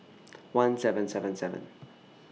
one seven seven seven